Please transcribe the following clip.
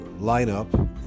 lineup